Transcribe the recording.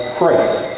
Christ